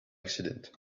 accident